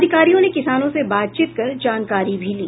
अधिकारियों ने किसानों से बातचीत कर जानकारी भी ली